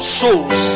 souls